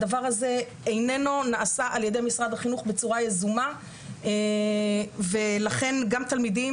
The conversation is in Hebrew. הדבר הזה איננו נעשה על ידי משרד החינוך בצורה יזומה ולכן גם תלמידים